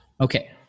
okay